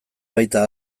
baita